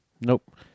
Nope